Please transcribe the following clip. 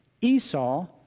Esau